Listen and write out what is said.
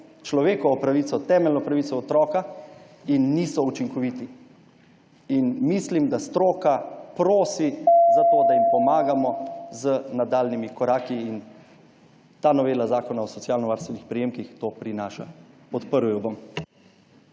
človekovo pravico, temeljno pravico otroka, in niso učinkoviti. In mislim, da stroka prosi za to, da jim pomagamo z nadaljnjimi koraki. In ta novela Zakona o socialnovarstvenih prejemkih to prinaša. Podprl jo bom.